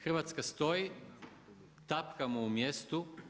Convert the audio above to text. Hrvatska stoji, tapkamo u mjestu.